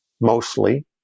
mostly